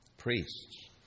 priests